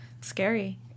Scary